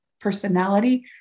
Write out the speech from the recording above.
personality